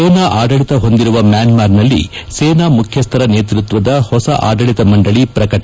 ಸೇನಾ ಆಡಳಿತ ಹೊಂದಿರುವ ಮ್ಯಾನ್ಮಾರ್ನಲ್ಲಿ ಸೇನಾ ಮುಖ್ಯಸ್ಥರ ನೇತೃತ್ವದ ಹೊಸ ಆದಳಿತ ಮಂಡಳಿ ಪ್ರಕಟ